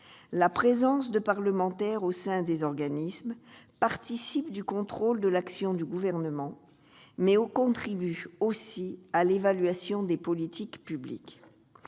La présence de parlementaires au sein des OEP participe du contrôle de l'action du Gouvernement, mais elle contribue aussi à l'évaluation des politiques publiques.